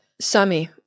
Sammy